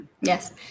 Yes